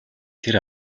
тэр